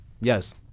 yes